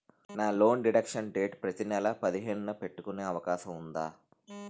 నా loan deduction date ప్రతి నెల పదిహేను న పెట్టుకునే అవకాశం ఉందా?